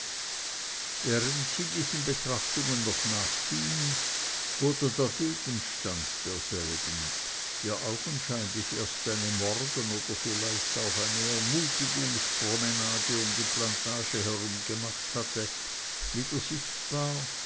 während sie diesen betrachtungen noch nachging wurde der gegenstand derselben der augenscheinlich erst eine morgen oder vielleicht auch eine ermutigungspromenade um die plantage herum gemacht hatte wieder sichtbar